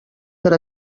per